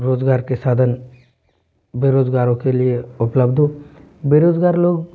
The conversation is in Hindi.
रोज़गार के साधन बेरोज़गारों के लिए उपलब्ध बेरोज़गार लोग